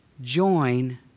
join